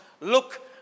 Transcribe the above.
look